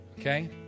Okay